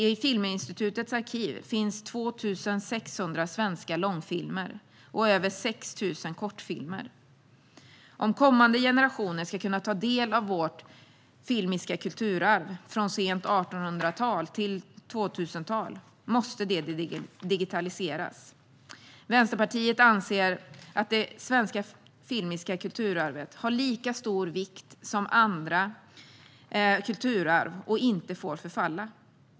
I Filminstitutets arkiv finns 2 600 svenska långfilmer och över 6 000 kortfilmer. Om kommande generationer ska kunna ta del av vårt filmiska kulturarv, från sent 1800-tal till 2000tal, måste det digitaliseras. Vänsterpartiet anser att det svenska filmiska kulturarvet är av lika stor vikt som andra kulturarv och inte får förfalla.